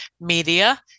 media